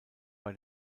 bei